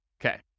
Okay